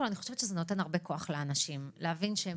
אני חושבת שזה נותן הרבה כוח לאנשים להבין שהם